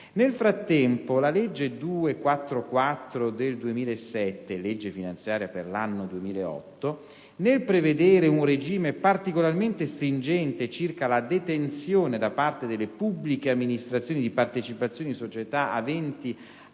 Nel frattempo, la legge n. 244 del 2007 (legge finanziaria per l'anno 2008) nel prevedere un regime particolarmente stringente circa la detenzione da parte delle pubbliche amministrazioni di partecipazioni in società aventi